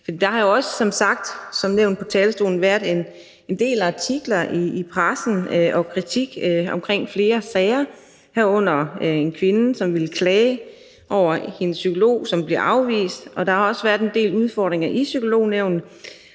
fra talerstolen været en del artikler i pressen og kritik i forbindelse med flere sager, herunder har der været en kvinde, som ville klage over sin psykolog, men som blev afvist, og der har også været en del udfordringer i Psykolognævnet.